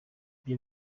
ibyo